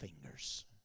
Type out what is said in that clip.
fingers